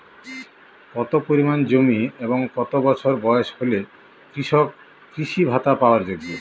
কত পরিমাণ জমি এবং কত বছর বয়স হলে কৃষক কৃষি ভাতা পাওয়ার যোগ্য?